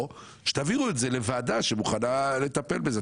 שתעבירו את זה לוועדה שמוכנה לטפל בזה.